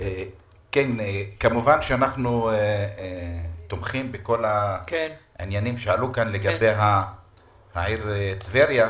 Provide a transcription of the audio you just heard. כמובן שאנחנו תומכים בכל הנושאים שעלו כאן לגבי העיר טבריה.